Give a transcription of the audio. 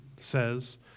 says